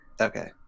Okay